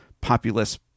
populist